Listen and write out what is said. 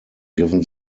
given